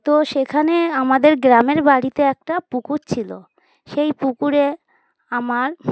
তো সেখানে আমাদের গ্রামের বাড়িতে একটা পুকুর ছিলো সেই পুকুরে আমার